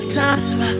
time